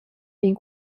vegn